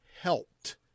helped